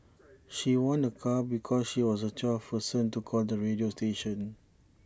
she won A car because she was the twelfth person to call the radio station